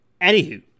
anywho